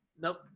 nope